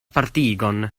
partigon